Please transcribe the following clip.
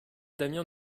damiens